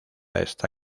está